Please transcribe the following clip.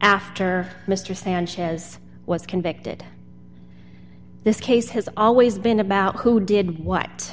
after mr sanchez was convicted this case has always been about who did what